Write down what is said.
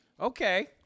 Okay